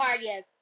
yes